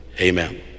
Amen